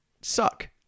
suck